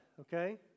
okay